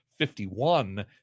51